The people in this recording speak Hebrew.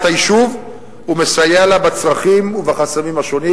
היישוב ומסייע לה בצרכים ובחסמים השונים.